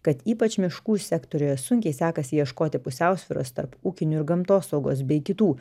kad ypač miškų sektoriuje sunkiai sekasi ieškoti pusiausvyros tarp ūkinių ir gamtosaugos bei kitų